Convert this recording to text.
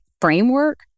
framework